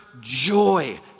joy